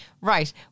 Right